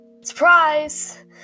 Surprise